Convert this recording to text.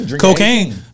cocaine